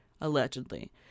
allegedly